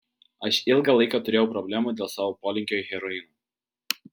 aš ilgą laiką turėjau problemų dėl savo polinkio į heroiną